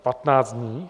15 dní?